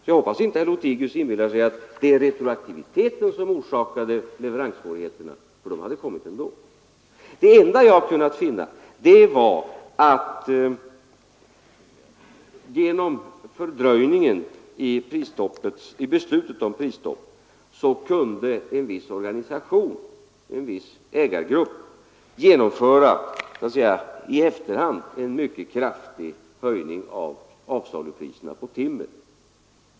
Jag hoppas att herr Lothigius inte inbillar sig att retroaktiviteten orsakade leveranssvårigheterna, för de hade uppstått ändå. Det enda jag har kunnat finna är att en viss organisation, en viss ägargrupp, genom fördröjningen av beslutet av prisstopp i efterhand kunde genomföra en mycket kraftig höjning av avsalupriserna på timmer.